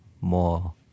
more